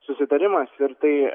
susitarimas ir tai